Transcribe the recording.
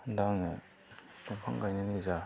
दा आङो दंफां गायनायनि जा